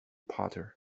potter